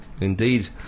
Indeed